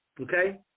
okay